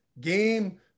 game